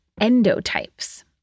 endotypes